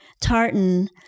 tartan